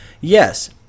Yes